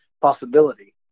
possibility